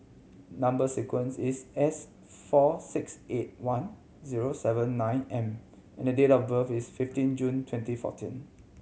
number sequence is S four six eight one zero seven nine M and date of birth is fifteen June twenty fourteen